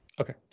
Okay